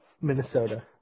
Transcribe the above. Minnesota